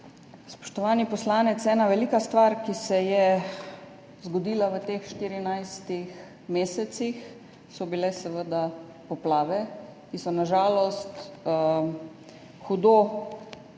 Spoštovani poslanec, ena velika stvar, ki se je zgodila v teh 14 mesecih, so bile seveda poplave, ki so na žalost hudo